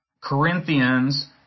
Corinthians